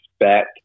expect